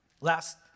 Last